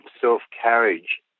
self-carriage